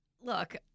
Look